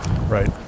right